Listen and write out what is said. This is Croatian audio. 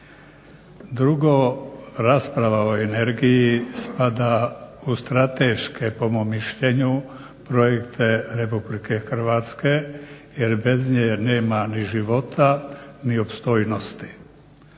Drugo, rasprava o energiji spada u strateške, po mom mišljenju, projekte RH jer bez nje nema ni života ni opstojnosti.